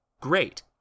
Great